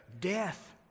Death